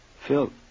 Phil